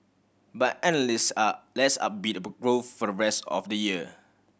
but analyst are less upbeat about growth for the rest of the year